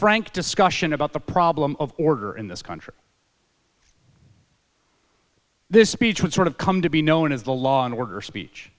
frank discussion about the problem of order in this country this speech would sort of come to be known as the law and order speech